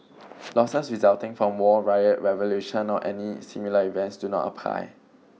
losses resulting from war riot revolution or any similar events do not apply